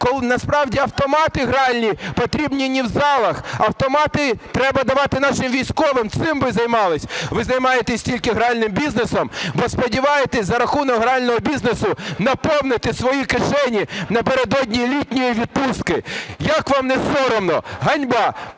насправді автомати гральні потрібні ні в залах, автомати треба давати нашим військовим. Цим би займались! Ви займаєтесь тільки гральним бізнесом, бо сподіваєтесь за рахунок грального бізнесу наповнити свої кишені напередодні літньої відпустки. Як вам несоромно? Ганьба!